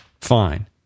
fine